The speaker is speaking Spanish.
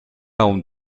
aún